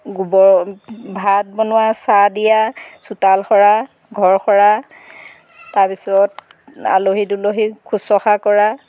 গোবৰ ভাত বনোৱা চাহ দিয়া চোতাল সৰা ঘৰ সৰা তাৰপিছত আলহী দুলহী শুশ্ৰূষা কৰা